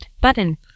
button